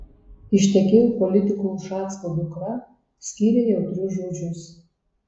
ištekėjo politiko ušacko dukra skyrė jautrius žodžius